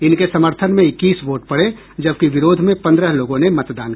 इनके समर्थन में इक्कीस वोट पड़े जबकि विरोध में पन्द्रह लोगों ने मतदान किया